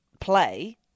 play